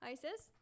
Isis